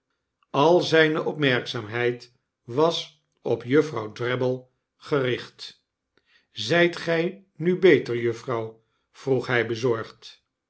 al zyne opmerkzaamheid was op juffrouw drabble gericht zyt gy nu beter juffrouw vroeg hy bezorgd